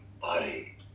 body